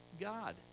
God